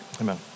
amen